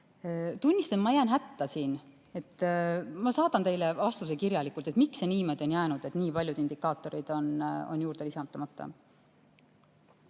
Tunnistan, ma jään siin hätta. Ma saadan teile vastuse kirjalikult, miks see niimoodi on läinud, et nii paljud indikaatorid on juurde lisamata.